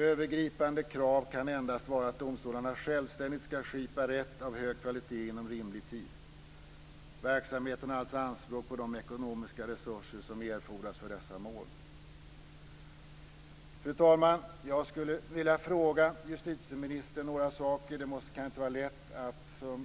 Övergripande krav kan endast vara att domstolarna självständigt ska skipa rätt av hög kvalitet inom rimlig tid. Verksamheten har alltså anspråk på de ekonomiska resurser som erfordras för dessa mål. Fru talman! Jag skulle vilja fråga justitieministern några saker. Det kan inte vara lätt för